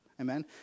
Amen